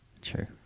True